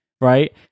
right